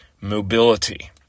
mobility